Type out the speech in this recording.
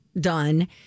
done